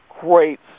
great